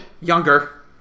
younger